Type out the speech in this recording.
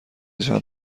چند